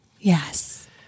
Yes